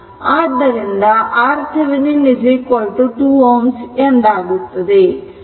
ಆದ್ದರಿಂದ RThevenin 2 Ω ಎಂದಾಗುತ್ತದೆ